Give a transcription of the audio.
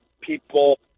people